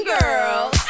girl